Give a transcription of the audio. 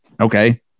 okay